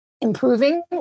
improving